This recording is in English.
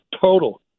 total